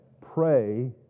pray